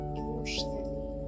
emotionally